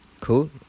Cool